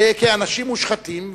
כאנשים מושחתים,